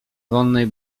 wonnej